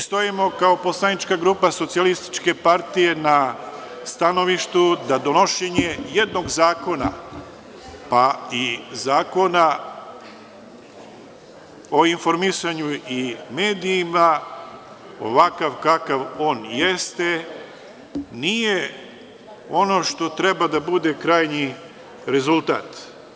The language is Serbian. Stojimo kao poslanička grupa SPS na stanovištu da donošenje jednog zakona, a i Zakona o informisanju i medijima, ovakav kakav jeste, nije ono što treba da bude krajnji rezultat.